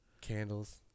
Candles